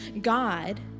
God